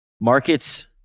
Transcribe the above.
markets